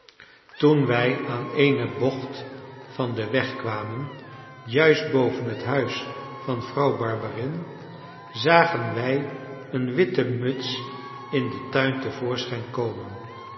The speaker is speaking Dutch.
toen wij aan eene bocht van den weg kwamen juist boven het huis van vrouw barberin zagen wij een witte muts in den tuin te voorschijn komen